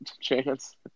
chance